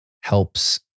helps